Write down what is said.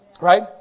Right